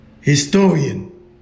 historian